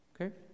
Okay